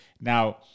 Now